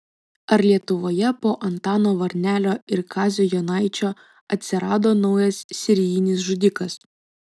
ar lietuvoje po antano varnelio ir kazio jonaičio atsirado naujas serijinis žudikas